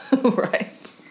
Right